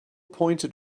pointed